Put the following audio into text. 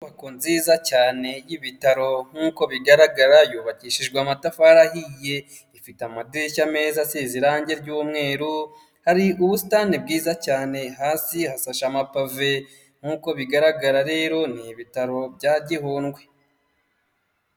Inyubako nziza cyane y'ibitaro, nk'uko bigaragara yubakishijwe amatafari ahiye, ifite amadirishya meza asize irangi ry'umweru, hari ubusitani bwiza cyane, hasi hasashe amapave, nk'uko bigaragara rero ni ibitaro bya Gihundwe.